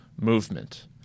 movement